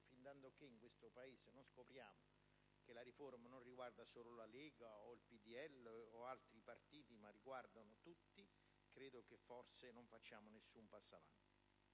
Fintanto che in questo Paese non scopriremo che la riforma non riguarda solo la Lega, il PdL o altri partiti, ma riguarda tutti, credo che non faremo alcun passo avanti.